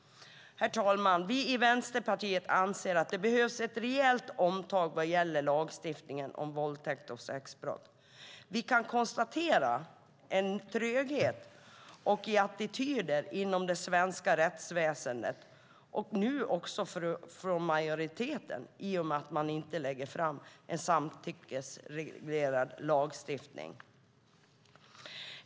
Herr talman! Vi i Vänsterpartiet anser att det behövs ett rejält omtag vad gäller lagstiftningen om våldtäkt och sexbrott. Vi kan konstatera en tröghet i attityden inom det svenska rättsväsendet, och nu också från majoriteten i och med att man inte lägger fram förslag om en samtyckesreglerad lagstiftning.